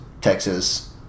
Texas